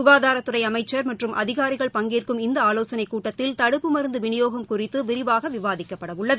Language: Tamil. க்காதாரத்துறைஅமைச்சா் மற்றும் அதிகாரிகள் பங்கேற்கும் இந்தஆலோசனைக் கூட்டத்தில் தடுப்பு மருந்துவிநியோகம் குறித்துவிரிவாகவிவாதிக்கப்பட உள்ளது